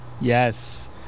Yes